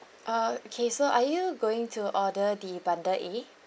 uh okay so are you going to order the bundle A